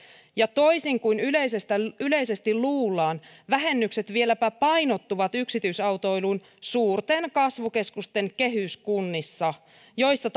ja toisin kuin yleisesti yleisesti luullaan vähennykset vieläpä painottuvat yksityisautoiluun suurten kasvukeskusten kehyskunnissa joissa